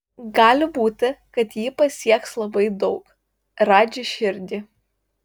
gali būti kad ji pasieks labai daug radži širdį